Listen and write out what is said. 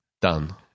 Done